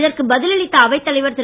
இதற்கு பதில் அளித்த அவைத் தலைவர் திரு